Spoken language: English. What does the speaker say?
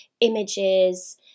images